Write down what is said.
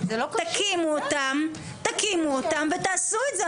תקימו אותם ותעשו את זה,